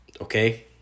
Okay